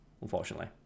unfortunately